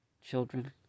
children